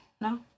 No